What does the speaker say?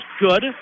good